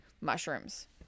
Mushrooms